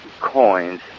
coins